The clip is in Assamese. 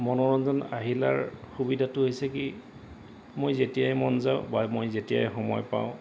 মনোৰঞ্জন আহিলাৰ সুবিধাটো হৈছে কি মই যেতিয়াই মন যাওঁ বা মই যেতিয়াই সময় পাওঁ